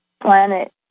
planet